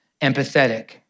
empathetic